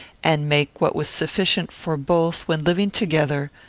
and make what was sufficient for both, when living together,